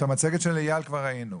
את המצגת של אייל כבר ראינו.